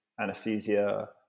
anesthesia